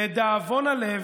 לדאבון הלב,